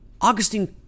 Augustine